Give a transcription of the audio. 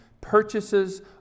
purchases